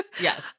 Yes